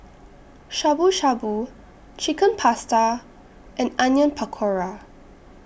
Shabu Shabu Chicken Pasta and Onion Pakora